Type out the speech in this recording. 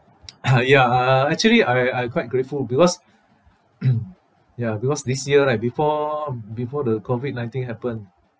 ah ya actually I I quite grateful because ya because this year right before before the COVID nineteen happened